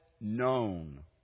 known